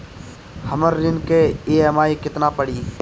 हमर ऋण के ई.एम.आई केतना पड़ी?